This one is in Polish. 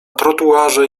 trotuarze